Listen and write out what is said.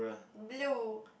blue